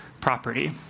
property